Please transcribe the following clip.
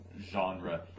genre